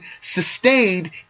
sustained